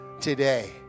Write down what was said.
today